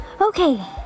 Okay